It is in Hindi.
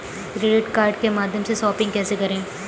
क्रेडिट कार्ड के माध्यम से शॉपिंग कैसे करें?